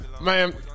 Man